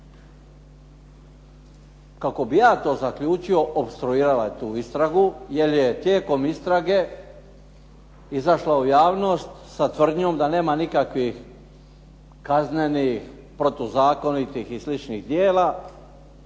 kako bi ja to zaključio opstruirala je tu istragu, jer je tijekom istrage izašla u javnost sa tvrdnjom da nema nikakvih kaznenih, protuzakonitih i sličnih djela,